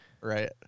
Right